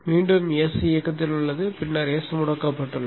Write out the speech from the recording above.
மீண்டும் S இயக்கத்தில் உள்ளது பின்னர் S முடக்கப்பட்டுள்ளது